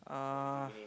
uh